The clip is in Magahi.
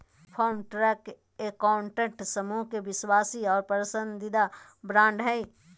फार्मट्रैक एस्कॉर्ट्स समूह के विश्वासी और पसंदीदा ब्रांड हइ